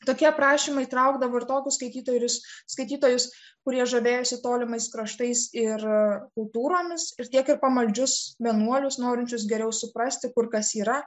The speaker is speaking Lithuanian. tokie aprašymai traukdavo ir tokius skaitytojus skaitytojus kurie žavėjosi tolimais kraštais ir kultūromis ir tiek ir pamaldžius vienuolius norinčius geriau suprasti kur kas yra